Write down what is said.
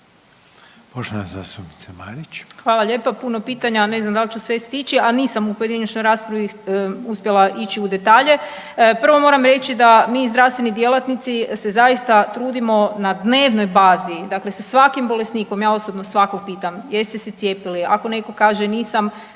Andreja (SDP)** Hvala lijepo. Puno pitanja, ne znam da li ću sve stići, a nisam u pojedinačnoj raspravi uspjela ići u detalje. Prvo moram reći da mi zdravstveni djelatnici se zaista trudimo na dnevnoj bazi, dakle sa svakim bolesnikom, ja osobno svakog pitam jeste se cijepili, ako netko kaže nisam,